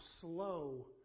slow